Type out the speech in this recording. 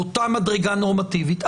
באותה מדרגה נורמטיבית,